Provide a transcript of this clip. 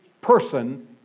person